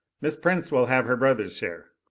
miss prince will have her brother's share?